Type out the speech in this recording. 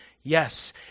Yes